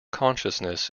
consciousness